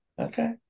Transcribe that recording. Okay